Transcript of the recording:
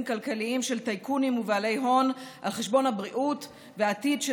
כלכליים של טייקונים ובעלי הון על חשבון הבריאות והעתיד של